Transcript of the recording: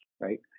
right